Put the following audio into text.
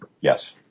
yes